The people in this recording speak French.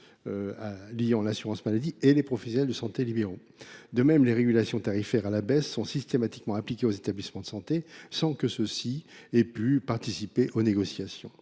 liant l’assurance maladie aux professionnels de santé libéraux. De même, les régulations tarifaires à la baisse sont systématiquement appliquées aux établissements de santé sans que ces derniers aient pu participer aux négociations.